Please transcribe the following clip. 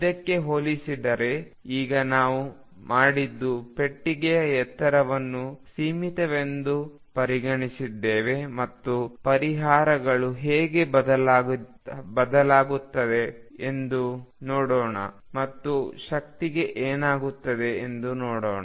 ಇದಕ್ಕೆ ಹೋಲಿಸಿದರೆ ಈಗ ನಾವು ಮಾಡಿದ್ದು ಪೆಟ್ಟಿಗೆಯ ಎತ್ತರವನ್ನು ಸೀಮಿತವೆಂದು ಪರಿಗಣಿಸಿದ್ದೇವೆ ಮತ್ತು ಪರಿಹಾರಗಳು ಹೇಗೆ ಬದಲಾಗುತ್ತವೆ ಎಂದು ನೋಡೋಣ ಮತ್ತು ಶಕ್ತಿಗೆ ಏನಾಗುತ್ತದೆ ಎಂದು ನೋಡೋಣ